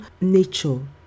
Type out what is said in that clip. nature